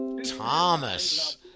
Thomas